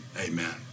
amen